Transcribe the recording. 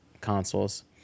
consoles